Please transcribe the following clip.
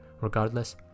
Regardless